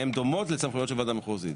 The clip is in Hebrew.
והן דומות לסמכויות של וועדה מחוזית.